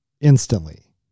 instantly